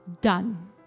Done